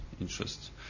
interest